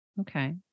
Okay